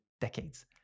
decades